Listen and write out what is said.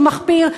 שהוא מחפיר,